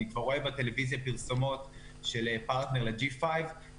אני כבר רואה בטלוויזיה פרסומות של פרטנר ל-5G .